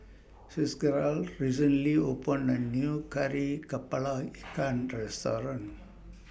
Fitzgerald recently opened A New Kari Kepala Ikan Restaurant